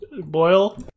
boil